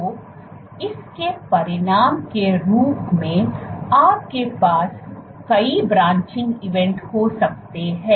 तो इस के परिणाम के रूप में आपके पास कई ब्रांचिंग इवेंट हो सकते हैं